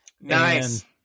Nice